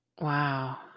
Wow